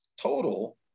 total